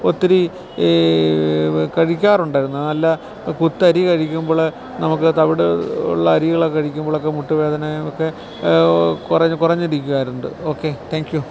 ഒത്തിരി കഴിക്കാറുണ്ടായിരുന്നു നല്ല പുത്തരി കഴിക്കുമ്പോൾ നമുക്ക് തവിട് ഉള്ള അരികളൊക്കെ കഴിക്കുമ്പോളൊക്കെ മുട്ട് വേദനയും ഒക്കെ കുറഞ്ഞ് കുറഞ്ഞിരിക്കുവാറുണ്ട് ഓക്കെ താങ്ക് യൂ